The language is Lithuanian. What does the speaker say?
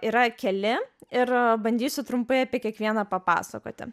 yra keli ir bandysiu trumpai apie kiekvieną papasakoti